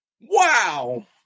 Wow